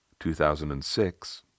2006